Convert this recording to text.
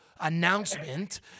announcement